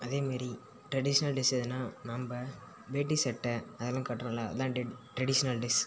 அதேமாரி traditional dress எதுன்னால் நம்ப வேட்டி சட்டை அதெல்லாம் கட்டுறோல்ல அதுதான் ட்ரெட் ட்ரெடிஷ்னல் ட்ரெஸ்